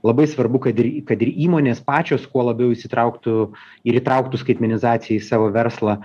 labai svarbu kad ir kad ir įmonės pačios kuo labiau įsitrauktų ir įtrauktų skaitmenizaciją į savo verslą